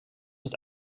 het